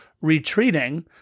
retreating